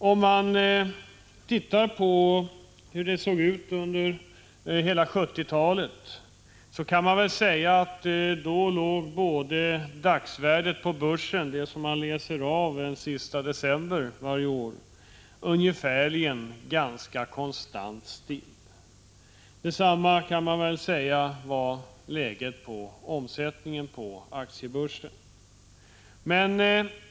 Om man ser på hur det såg ut under hela 1970-talet så kan man väl säga att dagsvärdet på börsen — det som man läser av den sista december varje år — då låg ungefärligen stilla. Detsamma kan man säga om omsättningen på aktiebörsen.